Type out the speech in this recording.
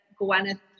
Gwyneth